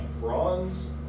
Bronze